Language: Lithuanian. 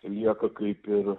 lieka kaip ir